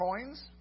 coins